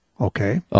Okay